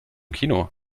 kino